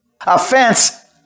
Offense